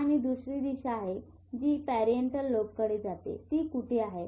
आणि दुसरी दिशा आहे जी पॅरिएटल लोबकडे जाते ती कुठे आहे